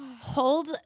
hold